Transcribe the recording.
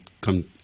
come